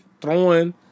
throwing